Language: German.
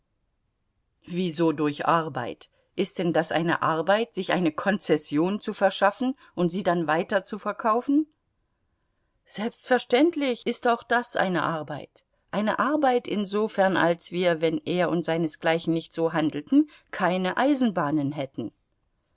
wieso durch arbeit ist denn das eine arbeit sich eine konzession zu verschaffen und sie dann weiterzuverkaufen selbstverständlich ist auch das eine arbeit eine arbeit insofern als wir wenn er und seinesgleichen nicht so handelten keine eisenbahnen hätten